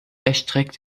erstreckt